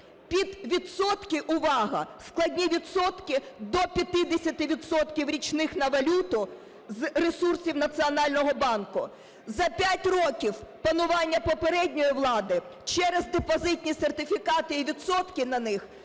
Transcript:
під відсотки, увага, складні відсотки до 50 відсотків річних на валюту з ресурсів Національного банку. За 5 років панування попередньої влади через депозитні сертифікати і відсотки на них з